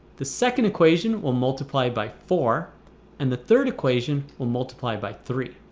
the second equation will multiply by four and the third equation will multiply by three.